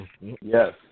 Yes